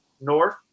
north